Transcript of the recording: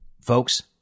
Folks